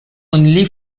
only